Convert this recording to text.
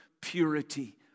purity